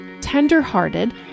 tenderhearted